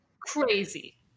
crazy